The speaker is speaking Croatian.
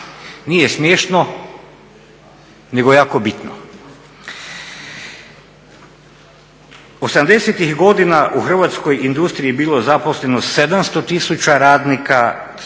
nije smiješno nego jako bitno.